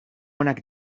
onak